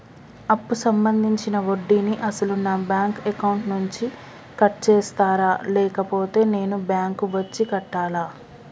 అప్పు సంబంధించిన వడ్డీని అసలు నా బ్యాంక్ అకౌంట్ నుంచి కట్ చేస్తారా లేకపోతే నేను బ్యాంకు వచ్చి కట్టాలా?